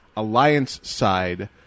alliance-side